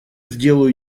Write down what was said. сделаю